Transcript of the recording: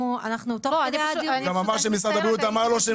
אנחנו -- הוא גם אמר שמשרד הבריאות אמר לו שהם